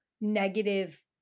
negative